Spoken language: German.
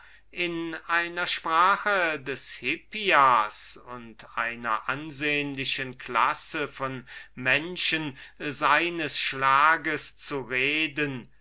nach der sprache des hippias und einer ansehnlichen klasse von menschen zu reden